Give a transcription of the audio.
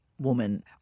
woman